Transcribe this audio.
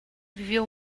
viveu